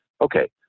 Okay